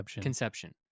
conception